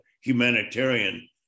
humanitarian